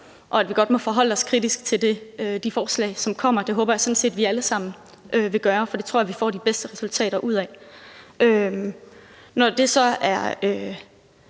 og at vi godt må forholde os kritisk til de forslag, som kommer. Det håber jeg sådan set vi alle sammen vil gøre, for det tror jeg vi får de bedste resultater ud af. Når det så er